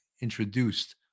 introduced